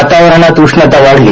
वातावरणात उष्णता वाढली